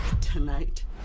tonight